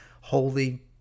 holy